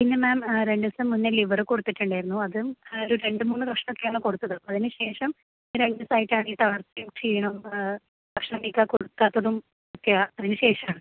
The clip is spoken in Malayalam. പിന്നെ മാം രണ്ട് ദിവസം മുന്നേ ലിവർ കൊടുത്തിട്ടുണ്ടായിരുന്നു അതും ഒരു രണ്ടു മൂന്ന് കഷ്ണം ഒക്കെയാണ് കൊടുത്തത് അതിനു ശേഷം രണ്ട് ദിവസമായിട്ടാണ് ഈ തളർച്ചയും ക്ഷീണവും ഭക്ഷണം കഴിച്ചാൽ കൊടുക്കാത്തതും ഒക്കെയാൻ അതിന് ശേഷം